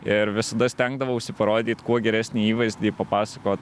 ir visada stengdavausi parodyt kuo geresnį įvaizdį papasakot